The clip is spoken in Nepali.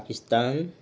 पाकिस्तान